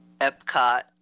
Epcot